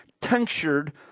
tinctured